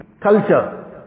culture